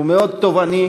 הוא מאוד תובעני,